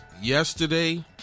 yesterday